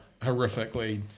horrifically